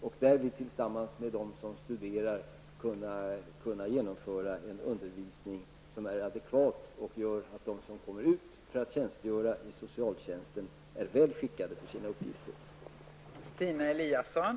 Sedan kan de tillsammans med de studerande genomföra en undervisning som är adekvat och gör att de som kommer ut för att tjänstgöra inom socialtjänsten är väl skickade för sina uppgifter.